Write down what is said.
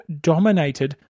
dominated